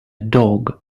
dog